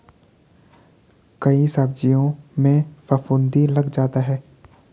कई सब्जियों में फफूंदी लग जाता है